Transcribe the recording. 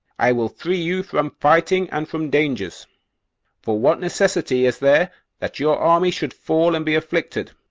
i will free you from fighting and from dangers for what necessity is there that your army should fall and be afflicted?